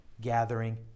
gathering